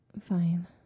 Fine